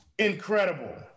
Incredible